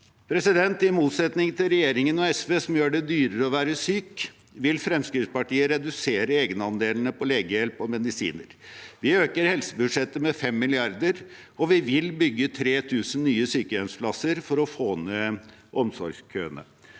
landet. I motsetning til regjeringen og SV, som gjør det dyrere å være syk, vil Fremskrittspartiet redusere egenandelene på legehjelp og medisiner. Vi øker helsebudsjettet med 5 mrd. kr, og vi vil bygge 3 000 nye sykehjemsplasser for å få ned omsorgskøene.